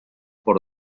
por